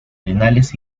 arenales